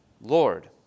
Lord